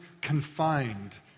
confined